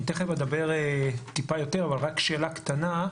אני תיכף אדבר טיפה יותר אבל רק שאלה קטנה.